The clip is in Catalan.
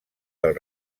del